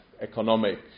economic